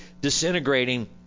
disintegrating